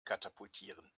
katapultieren